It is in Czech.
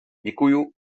děkuju